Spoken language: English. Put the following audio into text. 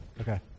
Okay